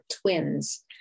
twins